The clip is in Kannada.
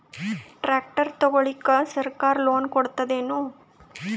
ಟ್ರ್ಯಾಕ್ಟರ್ ತಗೊಳಿಕ ಸರ್ಕಾರ ಲೋನ್ ಕೊಡತದೇನು?